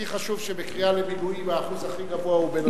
הכי חשוב שבקריאה למילואים האחוז הכי גבוה הוא בדרוזים.